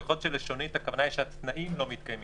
יכול להיות שהתנאים לא מתקיימים.